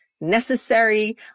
necessary